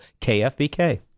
KFBK